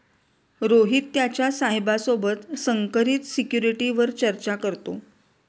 रोहित त्याच्या साहेबा सोबत संकरित सिक्युरिटीवर चर्चा करतो